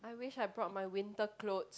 I wish I brought my winter clothes